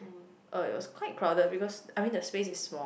uh it was quite crowded because I mean the place is small